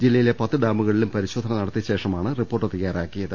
ജില്ലയിലെ പത്ത് ഡാമു കളിലും പരിശോധന നടത്തിയ ശേഷമാണ് റിപ്പോർട്ട് തയ്യാറാക്കിയത്